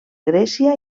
grècia